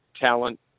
talent